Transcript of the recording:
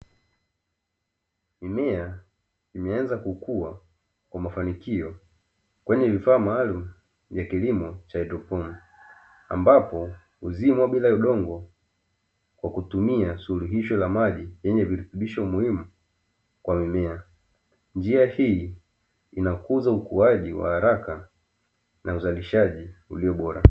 Mimea imeanza kukua kwa mafanikio kwenye vifaa maalumu vya Kilimo cha haidroponi, ambapo hulimwa bila udongo kwa kutumia suluhisho la maji yenye virutubisho muhimu kwa mimea. Njia hii inakuza ukuaji wa haraka na uzalishaji ulio bora.